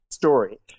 story